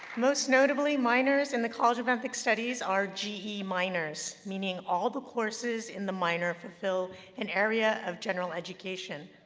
most notably, minors in the college of ethnic studies are ge minors, meaning all the courses in the minor fulfill an area of general education.